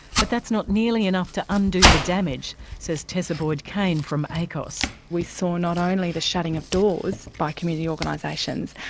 but that's not nearly enough to undo the damage, says tessa boyd-caine from acoss. we saw not only the shutting of doors by community organisations,